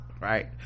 Right